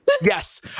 Yes